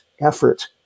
effort